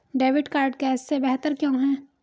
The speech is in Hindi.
डेबिट कार्ड कैश से बेहतर क्यों है?